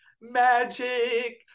magic